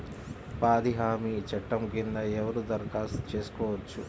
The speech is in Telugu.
ఉపాధి హామీ చట్టం కింద ఎవరు దరఖాస్తు చేసుకోవచ్చు?